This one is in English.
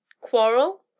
Quarrel